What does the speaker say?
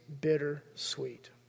bittersweet